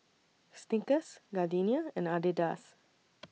Snickers Gardenia and Adidas